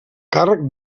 càrrec